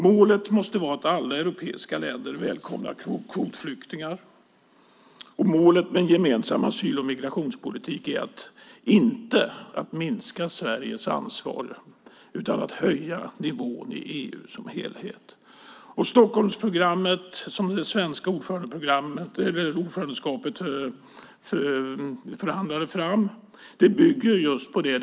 Målet måste vara att alla europeiska länder välkomnar kvotflyktingar. Målet med en gemensam asyl och migrationspolitik är inte att minska Sveriges ansvar utan att höja nivån i EU som helhet. Stockholmsprogrammet som det svenska ordförandeskapet förhandlade fram bygger på det.